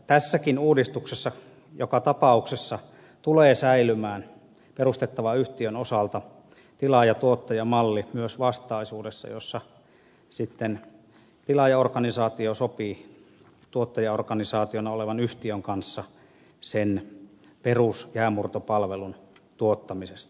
tässäkin uudistuksessa joka tapauksessa tulee säilymään perustettavan yhtiön osalta tilaajatuottaja malli myös vastaisuudessa jossa sitten tilaajaorganisaatio sopii tuottajaorganisaationa olevan yhtiön kanssa sen perusjäänmurtopalvelun tuottamisesta